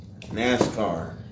NASCAR